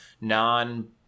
non